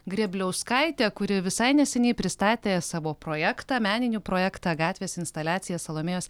grėbliauskaite kuri visai neseniai pristatė savo projektą meninį projektą gatvės instaliacijas salomėjos